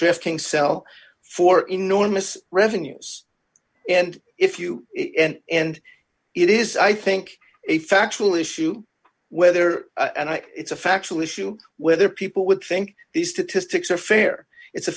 trafficking sell for enormous revenues and if you and it is i think a factual issue whether it's a factual issue whether people would think these statistics are fair it's a